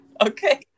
Okay